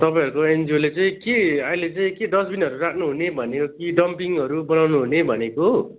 तपाईँहरूको एनजिओले चाहिँ के अहिले चाहिँ के डस्टबिनहरू राख्नुहुने भनेको कि डम्पिङहरू बनाउनुहुने भनेको हो